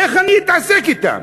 איך אני אתעסק אתם?